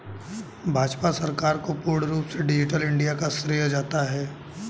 भाजपा सरकार को पूर्ण रूप से डिजिटल इन्डिया का श्रेय जाता है